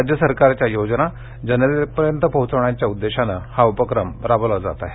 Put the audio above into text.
राज्य सरकारच्या योजना जनतेपर्यंत पोचवण्याच्या उद्देशानं हा उपक्रम राबवला जात आहे